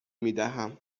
میدهم